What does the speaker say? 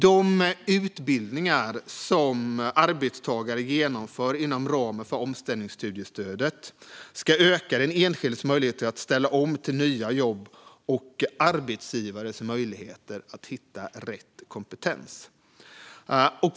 De utbildningar som arbetstagare genomför inom ramen för omställningsstudiestödet ska öka den enskildes möjligheter att ställa om till nya jobb och arbetsgivares möjligheter att hitta rätt kompetens.